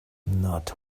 not